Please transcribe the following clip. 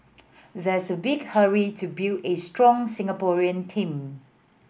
there's a big hurry to build a strong Singaporean team